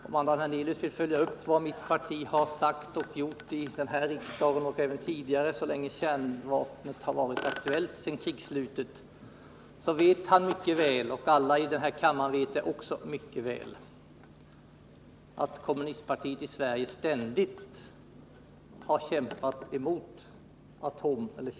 Om Allan Hernelius följt vad mitt parti gjort vid det här riksmötet och även tidigare så länge frågan om kärnvapen varit aktuell, dvs. sedan krigsslutet, så vet han mycket väl — och det gör alla i den här kammaren — att kommunistpartiet i Sverige ständigt har kämpat emot kärnvapen.